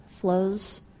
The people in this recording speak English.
flows